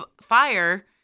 fire